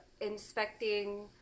inspecting